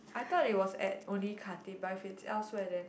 I thought it was at only Khatib but if it's elsewhere then